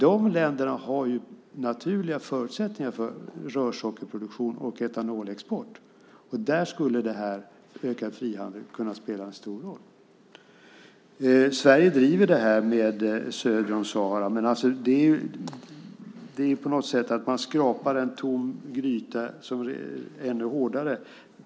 De länderna har naturliga förutsättningar för rörsockerproduktion och etanolexport. Där skulle ökad frihandel spela en stor roll. Sverige driver frågan om handel söder om Sahara. Men det är att skrapa ännu hårdare i en tom gryta.